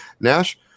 Nash